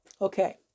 Okay